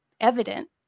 evident